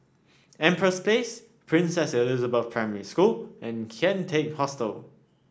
Empress Place Princess Elizabeth Primary School and Kian Teck Hostel